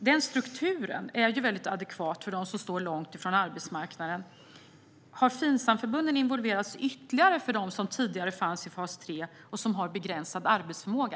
Den strukturen är väldigt adekvat för dem som står långt ifrån arbetsmarknaden. Har Finsamförbunden involverats ytterligare för dem som tidigare fanns i fas 3 och som har begränsad arbetsförmåga?